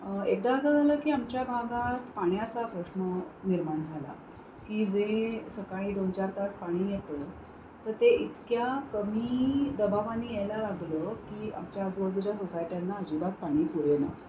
एकदा असं झालं की आमच्या भागात पाण्याचा प्रश्न निर्माण झाला की जे सकाळी दोन चार तास पाणी येतं तर ते इतक्या कमी दबावाने यायला लागलं की आमच्या आजूबाजूच्या सोसायट्यांना अजिबात पाणी पुरेना